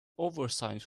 oversize